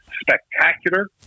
spectacular